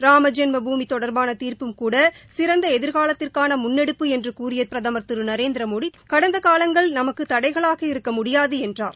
Rama Janmabhoomi தொடர்பான தீர்ப்பும் கூட சிறந்த எதிர்காலத்திற்கான முன்னெடுப்பு என்று கூறிய திரு மோடி கடந்த காலங்கள் நமக்கு தடைகளாக இருக்க முடியாது என்றார்